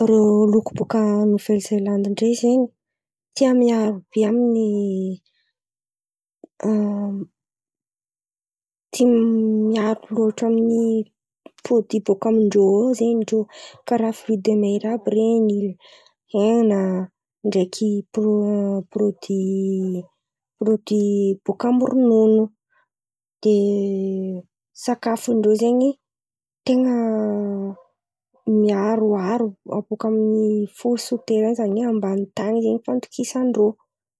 Rô loky bòka Novely Zelandy ndray zen̈y, tia miaro be amin'ny tia miaro loatra amin'ny pirôdỳ. Bòka amindrô ao zen̈y rô karà frỳ de mera àby ren̈y, hena ndreky pirô- pirôdÿ pirôdỳ bòka amy ronono. De sakafondrô zen̈y ten̈a miaroaro bòka amin'ny fo soterain zany oe bòka ambany tan̈y zen̈y fandokisa-ndrô.